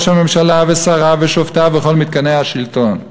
הממשלה ושריו ושופטים וכל מתקני השלטון.